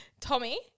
Tommy